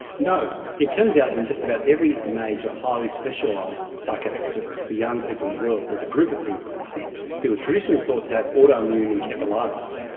no. it turns out in just about every major highly specialised psychiatric service for young people in the world there's a group of people who were traditionally thought to have autoimmune encephalitis,